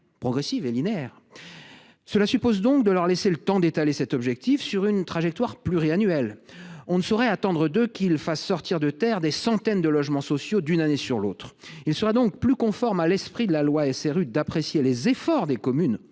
progressive et linéaire. Cela suppose donc de leur laisser le temps d’inscrire cet objectif dans une trajectoire pluriannuelle. On ne saurait attendre d’eux qu’ils fassent sortir de terre des centaines de logements sociaux d’une année sur l’autre. Il serait plus conforme à l’esprit de la loi SRU d’apprécier les efforts des communes,